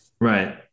Right